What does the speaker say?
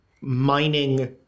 mining